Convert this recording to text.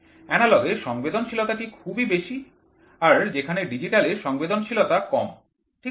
analogue এর সংবেদনশীলতা টি খুবই বেশি আর যেখানে ডিজিটাল এর সংবেদনশীলতা কম ঠিক আছে